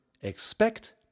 expect